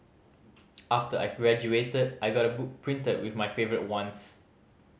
after I graduated I got a book printed with my favourite ones